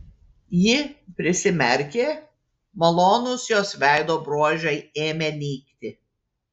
ji prisimerkė malonūs jos veido bruožai ėmė nykti